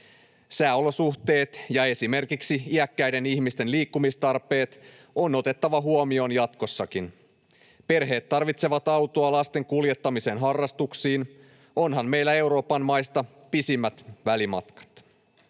Sääolosuhteet ja esimerkiksi iäkkäiden ihmisten liikkumistarpeet on otettava huomioon jatkossakin. Perheet tarvitsevat autoa lasten kuljettamiseen harrastuksiin, onhan meillä Euroopan maista pisimmät välimatkat.